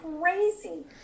crazy